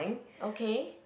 okay